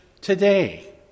today